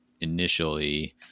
initially